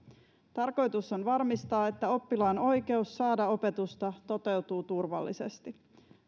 tarkoitus on varmistaa että oppilaan oikeus saada opetusta toteutuu turvallisesti